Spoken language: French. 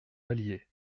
allier